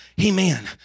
Amen